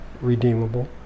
redeemable